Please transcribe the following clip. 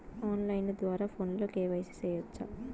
on line ద్వారా ఫోనులో KYC సేయొచ్చా